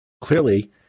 Clearly